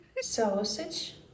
Sausage